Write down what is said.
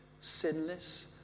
sinless